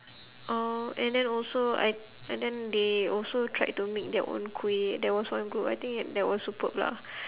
uh and then also I and then they also tried to make their own kuih there was one group I think that was superb lah